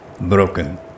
Broken